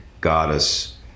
goddess